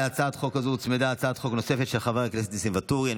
להצעת החוק הזאת הוצמדה הצעת חוק של חבר הכנסת ניסים ואטורי.